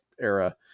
era